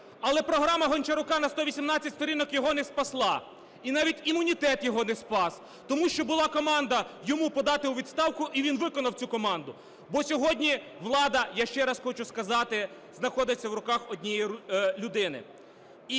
Але програма Гончарука на 118 сторінок його не спасла, і навіть імунітет його не спас, тому що була команда йому подати у відставку, і він виконав цю команду. Бо сьогодні влада, я ще раз хочу сказати, знаходиться в руках однієї людини.